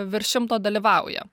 virš šimto dalyvauja